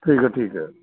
ਠੀਕ ਹੈ ਠੀਕ ਹੈ